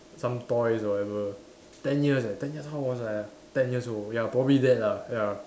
some toys or whatever ten years eh ten years how old was I ah ten years old ya probably that lah ya